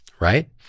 right